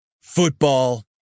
Football